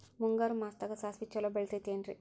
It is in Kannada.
ಮುಂಗಾರು ಮಾಸದಾಗ ಸಾಸ್ವಿ ಛಲೋ ಬೆಳಿತೈತೇನ್ರಿ?